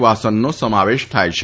વાસનનો સમાવેશ થાય છે